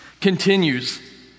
continues